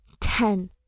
Ten